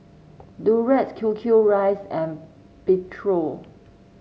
Durex Q Q rice and Pedro